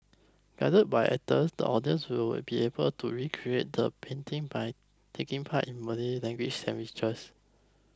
guided by actors the audience will be able to recreate the painting by taking part in money language